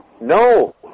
No